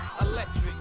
Electric